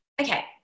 okay